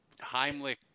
Heimlich